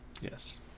Yes